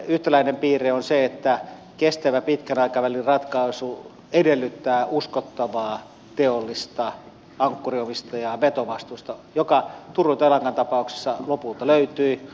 yhtäläinen piirre on se että kestävä pitkän aikavälin ratkaisu edellyttää uskottavaa teollista ankkuriomistajaa vetovastuullista joka turun telakan tapauksessa lopulta löytyi